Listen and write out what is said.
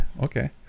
okay